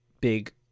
big